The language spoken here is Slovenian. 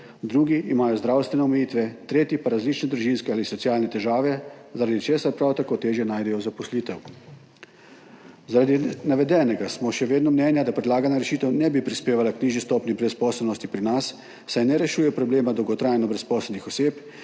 drugi imajo zdravstvene omejitve, tretji pa različne družinske ali socialne težave, zaradi česar prav tako težje najdejo zaposlitev. Zaradi navedenega smo še vedno mnenja, da predlagana rešitev ne bi prispevala k nižji stopnji brezposelnosti pri nas, saj ne rešuje problema dolgotrajno brezposelnih oseb,